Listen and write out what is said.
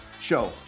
show